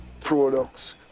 products